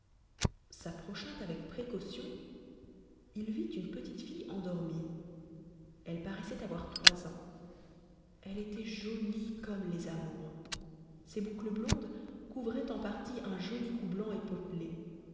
s'approchant avec précaution il vit une petite fille endormie elle paraissait avoir trois ans elle était jolie comme les amours ses boucles blondes couvraient en partie un joli cou blanc et potelé